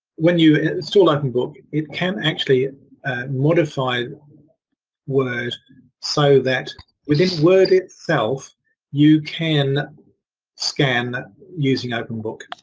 when you install openbook, it can actually modify word, so that within word itself you can scan using openbook.